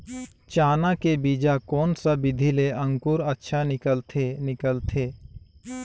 चाना के बीजा कोन सा विधि ले अंकुर अच्छा निकलथे निकलथे